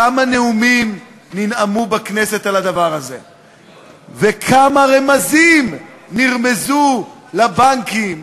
כמה נאומים ננאמו בכנסת על הדבר הזה וכמה רמזים נרמזו לבנקים,